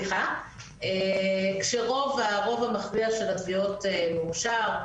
כשרוב המכריע של התביעות מאושר,